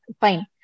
fine